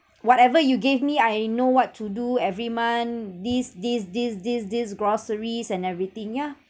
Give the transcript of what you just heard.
whatever you gave me I know what to do every month this this this this this groceries and everything yeah